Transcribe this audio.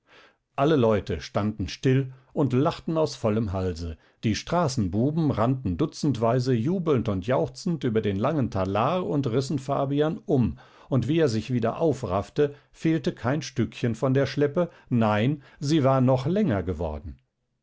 alle leute standen still und lachten aus vollem halse die straßenbuben rannten dutzendweise jubelnd und jauchzend über den langen talar und rissen fabian um und wie er sich wieder aufraffte fehlte kein stückchen von der schleppe nein sie war noch länger geworden